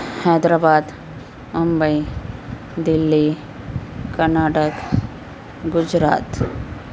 حیدر آباد ممبئی دلّی کرناٹک گجرات